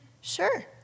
sure